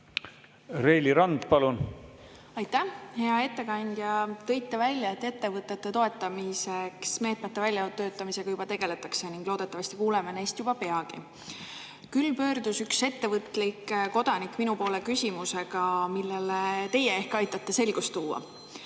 tema ettevõte? Aitäh! Hea ettekandja! Te tõite välja, et ettevõtete toetamiseks meetmete väljatöötamisega juba tegeldakse ning loodetavasti kuuleme neist juba peagi. Aga üks ettevõtlik kodanik pöördus minu poole küsimusega, milles teie ehk aitate selgust tuua.